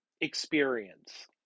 experience